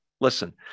Listen